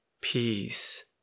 peace